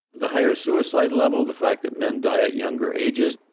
the higher suicide level, the fact that men die at younger ages.